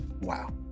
Wow